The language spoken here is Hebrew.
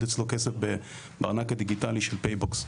אצלו כסף בארנק הדיגיטלי של פייבוקס.